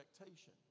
expectation